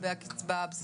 לתוספת לשיעור האמור,